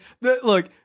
Look